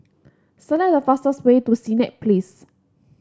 select the fastest way to Senett Place